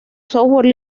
software